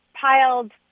piled